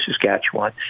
Saskatchewan